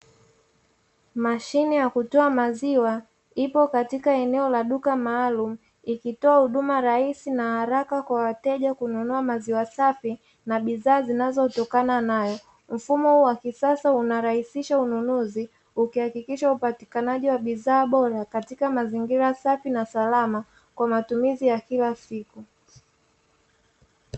Mashine ya kutoa maziwa ipo katika eneo la duka maalumu, ikitoa huduma rahisi na haraka na wateja kununua maziwa safi na bidhaa zinazotokana nayo. Mfumo huu wa kisasa unarahisisha ununuzi, ukihakikisha upatikanaji wa bidhaa bora katika mazingira safi na salama; kwa matumizi ya kila siku.